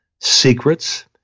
secrets